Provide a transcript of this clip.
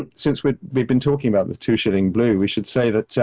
ah since we've we've been talking about the two shilling blue, we should say that yeah